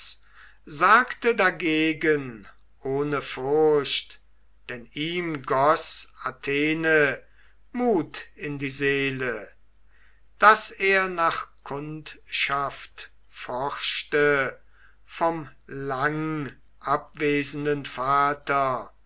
sagte dagegen ohne furcht denn ihm goß athene mut in die seele daß er nach kundschaft forschte vom langabwesenden vater